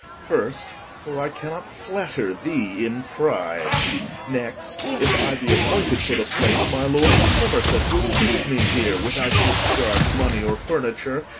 first, for i cannot flatter thee in pride next, if i be appointed for the place, my lord of somerset will keepe me here, without discharge, money, or furniture,